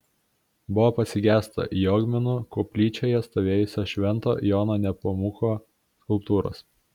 buvo pasigesta jogminų koplyčioje stovėjusios švento jono nepomuko skulptūros